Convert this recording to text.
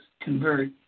convert